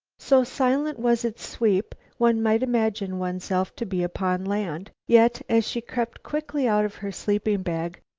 so silent was its sweep, one might imagine oneself to be upon land yet, as she crept quickly out of her sleeping-bag,